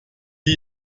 die